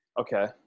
Okay